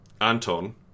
Anton